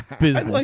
business